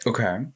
Okay